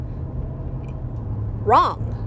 wrong